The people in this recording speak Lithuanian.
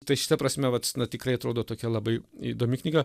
tai šita prasme vat na tikrai atrodo tokia labai įdomi knyga